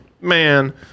Man